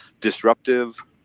disruptive